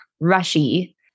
rushy